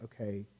okay